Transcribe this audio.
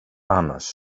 annars